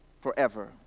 forever